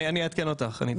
אני אעדכן אותך.